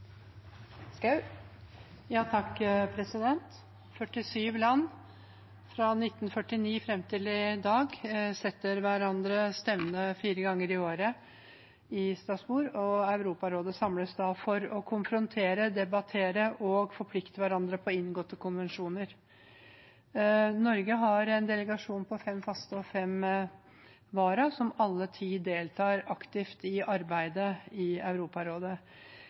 Fra 1949 og fram til i dag setter 47 land hverandre stevne fire ganger i året i Strasbourg, og Europarådet samles for å konfrontere, debattere og forplikte hverandre når det gjelder inngåtte konvensjoner. Norge har en delegasjon på fem faste og fem varaer, som alle ti deltar aktivt i arbeidet i Europarådet.